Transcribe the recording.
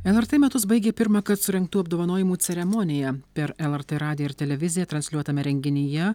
lrt metus baigė pirmąkart surengtų apdovanojimų ceremonija per lrt radiją ir televiziją transliuotame renginyje